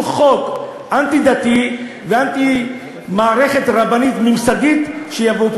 חוק אנטי-דתי ואנטי מערכת רבנית ממסדית שיביאו פה,